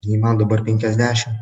nei man dabar penkiasdešim